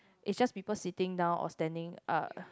it's just people sitting down or standing up